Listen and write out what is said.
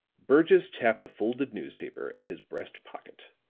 burgess tapped a folded newspaper at his breast pocket.